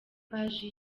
paji